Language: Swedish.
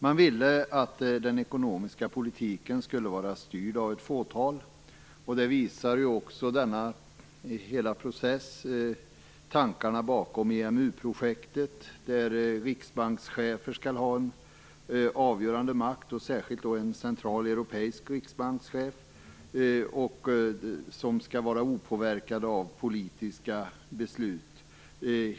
Man ville att den ekonomiska politiken skulle vara styrd av ett fåtal. Det visar också hela denna process - tankarna bakom EMU-projektet där riksbankschefer skall ha en avgörande makt, och särskilt då en central europeisk riksbankschef som skall vara opåverkad av politiska beslut.